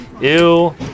Ew